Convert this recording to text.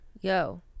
Yo